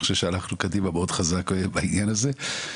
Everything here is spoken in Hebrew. חושב שהלכנו קדימה חזק מאוד בעניין הזה,